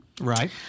right